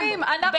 תראי מה הם אומרים.